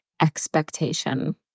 expectation